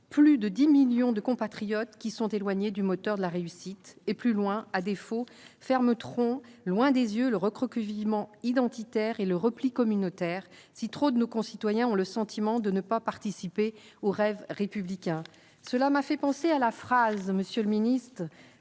plus de 10 millions de compatriotes qui sont éloignés du moteur de la réussite, et plus loin, à défaut, ferme trop loin des yeux le recroquevillée identitaire et le repli communautaire si trop de nos concitoyens ont le sentiment de ne pas participer au rêve républicain, cela m'a fait penser à la phrase Monsieur le Ministre,